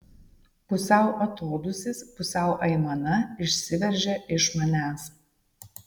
pusiau atodūsis pusiau aimana išsiveržia iš manęs